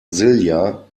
silja